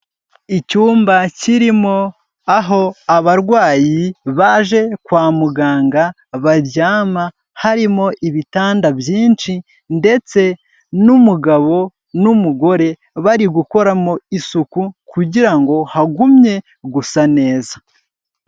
Icyumba kirimo aho abarwayi baje kwa muganga baryama harimo ibitanda byinshi ndetse n'umugabo n'umugore bari gukoramo isuku kugira ngo hagumye gusa neza.